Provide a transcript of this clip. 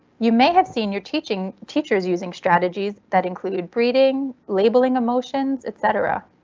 you may have seen your teachers teachers using strategies that include breathing, labeling emotions etc.